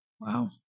Wow